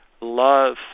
love